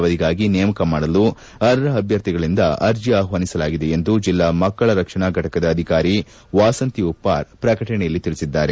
ಅವಧಿಗಾಗಿ ನೇಮಕ ಮಾಡಲು ಅರ್ಹ ಅಭ್ಯರ್ಥಿಗಳಿಂದ ಅರ್ಜಿ ಆಹ್ವಾನಿಸಲಾಗಿದೆ ಎಂದು ಜಿಲ್ಲಾ ಮಕ್ಕಳ ರಕ್ಷಣಾ ಘಟಕದ ಅಧಿಕಾರಿ ವಾಸಂತಿ ಉಪ್ಪಾರ್ ಪ್ರಕಟಣೆಯಲ್ಲಿ ತಿಳಿಸಿದ್ದಾರೆ